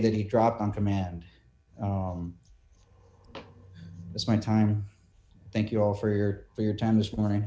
that he dropped on command as my time thank you all for your for your time this morning